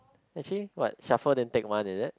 actually what shuffle then take one is it